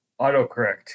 autocorrect